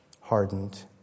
hardened